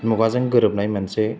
मुगाजों गोरोबनाय मोनसे